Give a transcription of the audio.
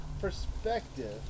perspective